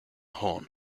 horn